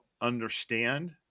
understand